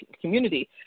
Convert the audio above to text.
community